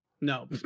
no